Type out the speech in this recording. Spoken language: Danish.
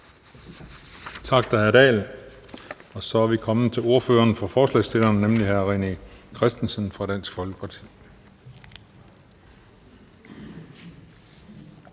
Tak til hr. Henrik Dahl. Og så er vi kommet til ordføreren for forslagsstillerne, nemlig hr. René Christensen fra Dansk Folkeparti.